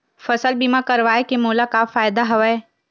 फसल बीमा करवाय के मोला का फ़ायदा हवय?